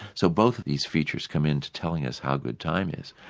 so both of these features come in to telling us how good time is.